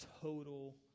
total